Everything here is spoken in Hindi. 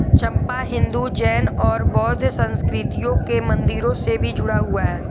चंपा हिंदू, जैन और बौद्ध संस्कृतियों के मंदिरों से भी जुड़ा हुआ है